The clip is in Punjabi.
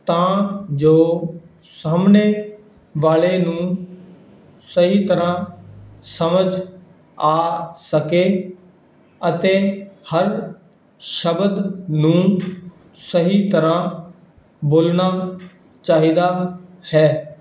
ਤਾਂ ਜੋ ਸਾਹਮਣੇ ਵਾਲੇ ਨੂੰ ਸਹੀ ਤਰ੍ਹਾਂ ਸਮਝ ਆ ਸਕੇ ਅਤੇ ਹਰ ਸ਼ਬਦ ਨੂੰ ਸਹੀ ਤਰ੍ਹਾਂ ਬੋਲਣਾ ਚਾਹੀਦਾ ਹੈ